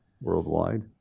worldwide